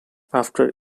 after